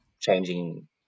changing